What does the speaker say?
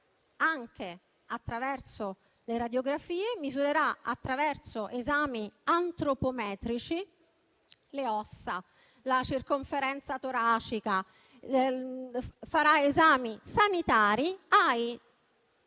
anche attraverso radiografie, attraverso esami antropometrici, le ossa, la circonferenza toracica. L'Italia farà esami sanitari: ai